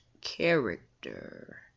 character